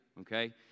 okay